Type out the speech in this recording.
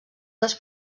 dels